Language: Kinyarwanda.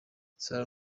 sarah